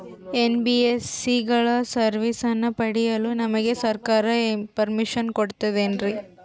NBSC ಗಳ ಸರ್ವಿಸನ್ನ ಪಡಿಯಲು ನಮಗೆ ಸರ್ಕಾರ ಪರ್ಮಿಷನ್ ಕೊಡ್ತಾತೇನ್ರೀ?